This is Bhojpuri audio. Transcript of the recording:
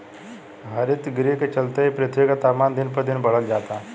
हरितगृह के चलते ही पृथ्वी के तापमान दिन पर दिन बढ़ल जाता